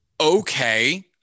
okay